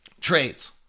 trades